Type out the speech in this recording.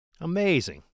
Amazing